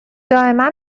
دائما